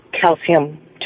calcium